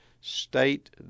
state